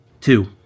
Two